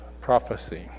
prophecy